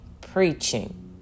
preaching